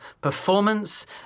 performance